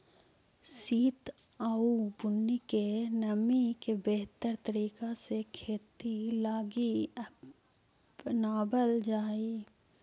सित आउ बुन्नी के नमी के बेहतर तरीका से खेती लागी अपनाबल जा हई